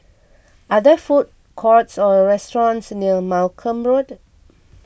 are there food courts or restaurants near Malcolm Road